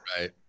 Right